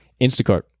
Instacart